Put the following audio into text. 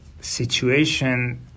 situation